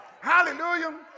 Hallelujah